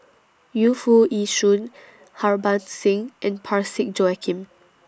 Yu Foo Yee Shoon Harbans Singh and Parsick Joaquim